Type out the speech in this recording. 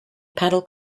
paddle